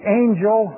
angel